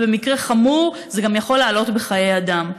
ובמקרה חמור זה גם יכול לעלות בחיי אדם.